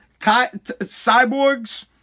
cyborgs